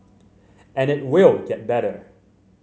and it will get better